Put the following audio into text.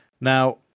Now